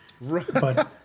Right